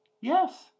Yes